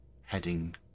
heading